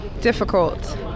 Difficult